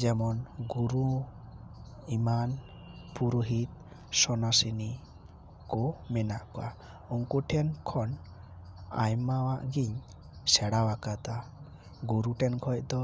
ᱡᱮᱢᱚᱱ ᱜᱩᱨᱩ ᱮᱢᱟᱱ ᱯᱩᱨᱳᱦᱤᱛ ᱥᱚᱱᱱᱟᱥᱤᱱᱤ ᱠᱚ ᱢᱮᱱᱟᱜ ᱠᱚᱣᱟ ᱩᱱᱠᱩ ᱴᱷᱮᱱ ᱠᱷᱚᱱ ᱟᱭᱢᱟᱣᱟᱜ ᱜᱮᱧ ᱥᱮᱬᱟ ᱟᱠᱟᱫᱟ ᱜᱩᱨᱩ ᱴᱷᱮᱱ ᱠᱷᱚᱡ ᱫᱚ